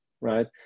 right